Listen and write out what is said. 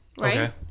Right